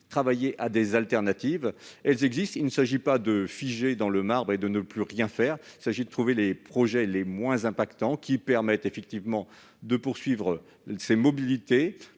travailler à des alternatives : celles-ci existent. Il ne s'agit pas de tout figer dans le marbre et de ne plus rien faire, mais de trouver les projets les moins impactants, qui permettent la poursuite de ces mobilités